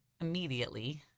immediately